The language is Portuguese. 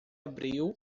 abriu